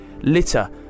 Litter